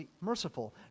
merciful